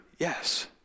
Yes